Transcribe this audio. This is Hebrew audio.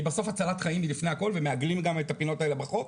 כי בסוף הצלת חיים היא לפני הכול ומעגלים את הפינות האלה בחוק,